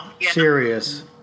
serious